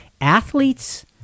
athletes